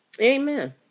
Amen